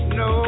no